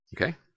Okay